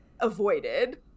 avoided